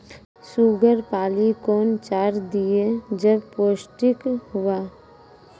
Sugar पाली कौन चार दिय जब पोस्टिक हुआ?